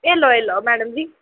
एह् लो एह् लो मैडम जी